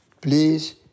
please